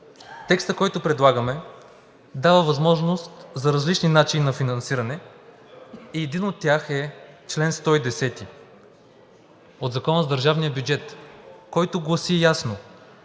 Текстът, който предлагаме, дава възможност за различни начини на финансиране и един от тях е чл. 110 от Закона за държавния бюджет, който гласи ясно: